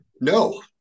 No